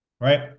Right